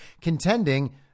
contending